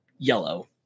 yellow